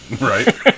Right